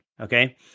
Okay